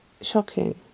shocking